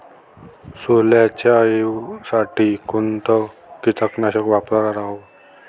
सोल्यावरच्या अळीसाठी कोनतं कीटकनाशक वापराव?